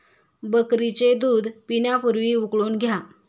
बकरीचे दूध पिण्यापूर्वी उकळून घ्या